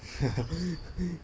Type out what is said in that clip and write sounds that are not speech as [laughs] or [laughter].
[laughs]